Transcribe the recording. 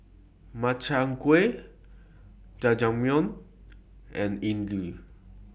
Makchang Gui Jajangmyeon and Idili